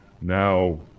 now